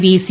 B C